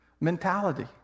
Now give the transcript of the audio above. mentality